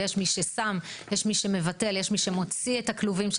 ויש מי שמבטל ויש מי שמוציא את הכלובים של